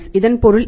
இதன் பொருள் என்ன